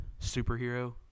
superhero